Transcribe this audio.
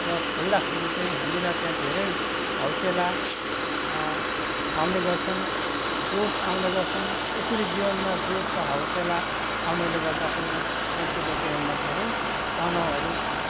र खेल्दाखेरि चाहिँ हामीलाई त्यहाँ धेरै हौसला आउने गर्छन् जोस आउने गर्छन् यसरी जीवनमा जोस र हौसला आउनाले गर्दा पनि मान्छेको जीवनमा धेरै तनावहरू